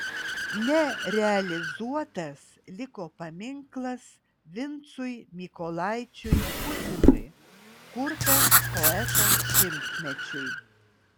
nerealizuotas liko paminklas vincui mykolaičiui putinui kurtas poeto šimtmečiui